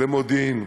למודיעין.